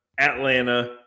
Atlanta